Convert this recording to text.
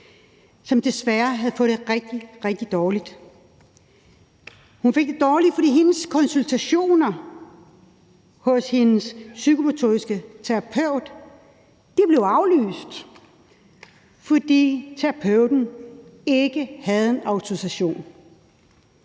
som desværre havde fået det rigtig, rigtig dårligt. Hun fik det dårligt, fordi hendes konsultationer hos hendes psykomotoriske terapeut var blevet aflyst, fordi terapeuten ikke havde en autorisation.